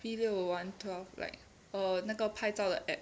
B 六 one twelve like err 那个拍照的 app